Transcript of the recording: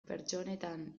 pertsonetan